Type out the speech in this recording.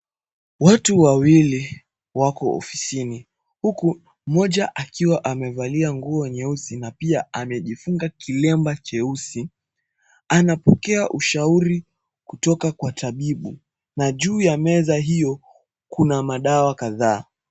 Watu wawili wako ofisini, huku mmoja akiwa amevalia nguo nyeusi na pia amejifunga kilemba cheusi anapokea ushauri kutoka kwa tabibu na juu ya meza hiyo kuna madawa kadhaa.